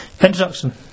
Introduction